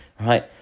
right